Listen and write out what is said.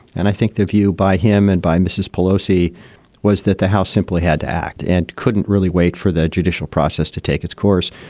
and i think the view by him and by mrs. pelosi was that the house simply had to act and couldn't really wait for the judicial process to take its course.